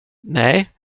nej